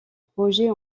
projets